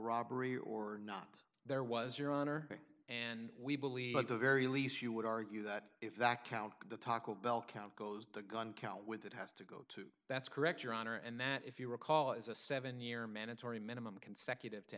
robbery or not there was your honor and we believe at the very least you would argue that if that count the taco bell count goes the gun count with it has to go to that's correct your honor and that if you recall is a seven year mandatory minimum consecutive to